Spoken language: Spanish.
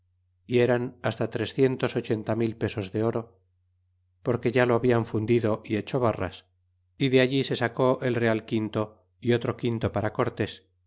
y eran hasta trescientos ochenta mil pesos de oro porque ya lo habian fundido y hecho barras y de allí se sacó el real quinto é otro quinto para cortés